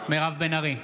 מירב בן ארי,